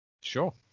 Sure